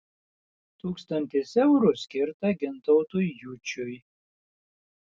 tūkstantis eurų skirta gintautui jučiui